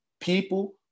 People